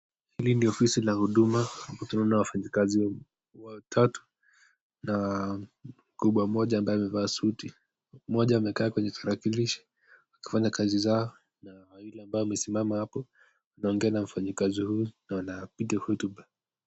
Hili ni ofisi la huduma ambapo tunaona wafanyakazi watatu na mbaba mmoja ambaye amevaa suti. Moja amekaa kwenye tarakilishi akifanya kazi zao na wawili ambao wamesimama hapo na wanaongea na wafanyakazi huu na wanapiga hotuba.